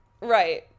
Right